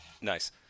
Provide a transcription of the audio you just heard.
Nice